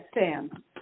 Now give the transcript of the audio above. Sam